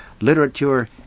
literature